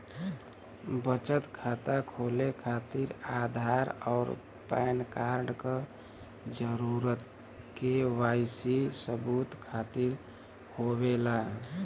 बचत खाता खोले खातिर आधार और पैनकार्ड क जरूरत के वाइ सी सबूत खातिर होवेला